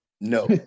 no